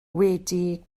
wedi